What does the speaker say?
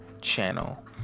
channel